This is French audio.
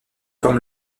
comme